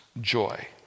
joy